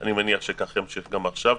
ואני מניח שכך יהיה גם עכשיו.